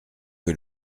que